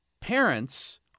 parents